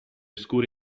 scura